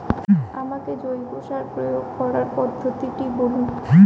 আমাকে জৈব সার প্রয়োগ করার পদ্ধতিটি বলুন?